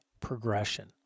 progression